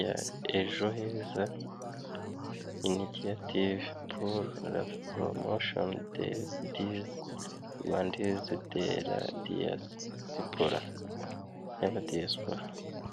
ya ejo heza initiyative puru la poromoshoni de dizi, rwandizi de la diyasipora, y'abadiyasipora.